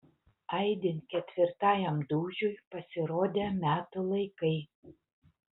aidint ketvirtajam dūžiui pasirodė metų laikai